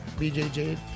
BJJ